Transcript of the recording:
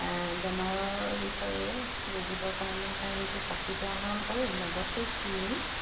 বেমাৰৰ বিষয়ে যুঁজিবৰ কাৰণে তাৰ সেইটো শক্তিত আহৰণ কৰে লগতে সি